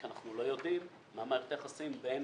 כי אנחנו לא יודעים מה מערכת היחסים בין